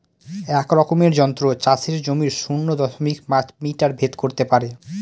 এক রকমের যন্ত্র চাষের জমির শূন্য দশমিক পাঁচ মিটার ভেদ করত পারে